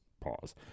pause